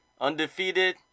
undefeated